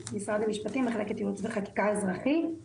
ממחלקת ייעוץ וחקיקה אזרחי במשרד המשפטים.